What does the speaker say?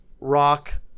rock